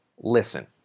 Listen